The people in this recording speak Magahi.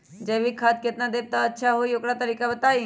जैविक खाद केतना देब त अच्छा होइ ओकर तरीका बताई?